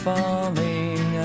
Falling